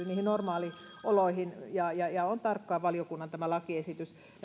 niihin normaalioloihin ja ja valiokunnan on tarkkaan tämä lakiesitys